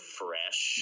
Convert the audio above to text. fresh